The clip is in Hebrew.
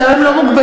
שם הם לא מוגבלים.